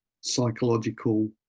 psychological